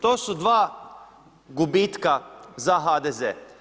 To su dva gubitka za HDZ.